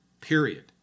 period